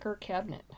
cabinet